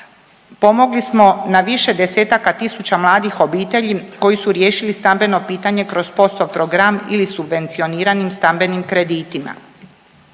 pomogli smo na više desetaka tisuća mladih obitelji koji su riješili stambeno pitanje kroz POS-ov program ili subvencioniranim stambenim kreditima.